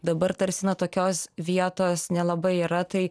dabar tarsi na tokios vietos nelabai yra tai